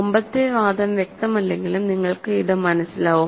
മുമ്പത്തെ വാദം വ്യക്തമല്ലെങ്കിലും നിങ്ങൾക്ക് ഇത് മനസിലാവും